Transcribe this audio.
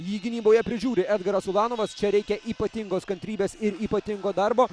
jį gynyboje prižiūri edgaras ulanovas čia reikia ypatingos kantrybės ir ypatingo darbo